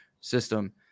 system